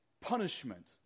punishment